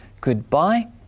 goodbye